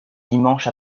dimanche